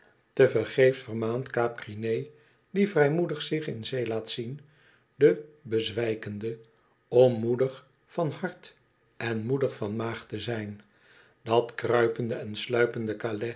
tevergeefs vermaant kaap grrinez die vrijmoedig zich in zee laat zien den bezwijkende om moedig van hart en moedig van maag te zijn dat kruipende en sluipende